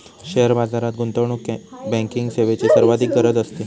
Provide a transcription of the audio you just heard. share बाजारात गुंतवणूक banking सेवेची सर्वाधिक गरज असते